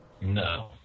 No